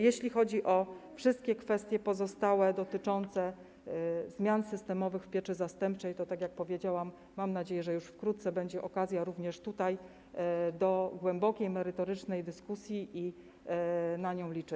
Jeśli chodzi o wszystkie pozostałe kwestie dotyczące zmian systemowych w pieczy zastępczej, to tak jak powiedziałam, mam nadzieję, że już wkrótce będzie okazja również tutaj do głębokiej, merytorycznej dyskusji i na nią liczę.